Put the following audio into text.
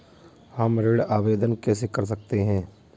हम ऋण आवेदन कैसे कर सकते हैं?